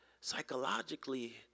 psychologically